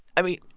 i mean,